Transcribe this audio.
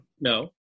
No